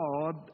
God